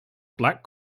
black